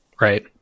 Right